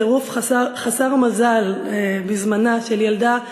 בצירוף חסר המזל בזמנה של ילדה יהודייה,